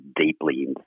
deeply